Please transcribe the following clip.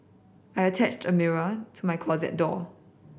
I attached a mirror to my closet door